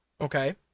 Okay